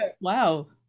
wow